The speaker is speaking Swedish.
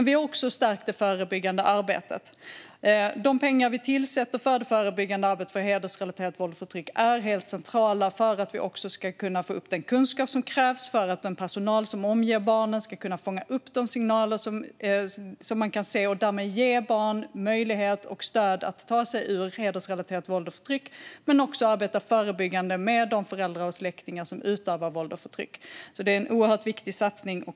Vi har också stärkt det förebyggande arbetet. De pengar vi avsätter för det förebyggande arbetet mot hedersrelaterat våld och förtryck är helt centrala för att vi ska få upp den kunskap som krävs för att den personal som omger barnen ska kunna fånga upp de signaler som man kan se och därmed ge barn möjlighet och stöd att ta sig ur hedersrelaterat våld och förtryck. Det handlar också om att arbeta förebyggande med de föräldrar och släktingar som utövar våld och förtryck. Det är en oerhört viktig satsning.